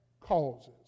causes